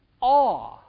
awe